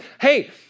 hey